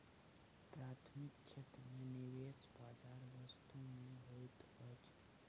प्राथमिक क्षेत्र में निवेश वस्तु बजार में होइत अछि